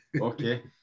Okay